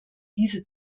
diese